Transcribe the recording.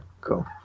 cool